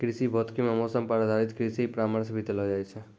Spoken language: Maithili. कृषि भौतिकी मॅ मौसम पर आधारित कृषि परामर्श भी देलो जाय छै